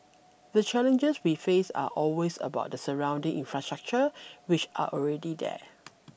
the challenges we face are always about the surrounding infrastructure which are already there